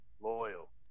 Loyal